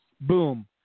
Boom